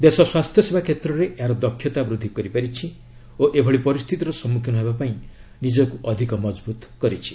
ଦେଶ ସ୍ୱାସ୍ଥ୍ୟ ସେବା କ୍ଷେତ୍ରରେ ଏହାର ଦକ୍ଷତା ବୃଦ୍ଧି କରିପାରିଛି ଓ ଏଭଳି ପରିସ୍ଥିତିର ସମ୍ମୁଖୀନ ହେବା ପାଇଁ ନିଜକୁ ଅଧିକ ମଜବୁତ କରିଛି